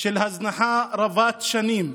של הזנחה רבת שנים,